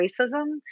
racism